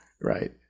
right